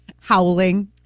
Howling